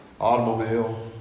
automobile